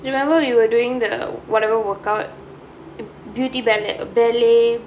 remember we were doing the whatever workout beauty balle~ ballet